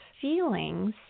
feelings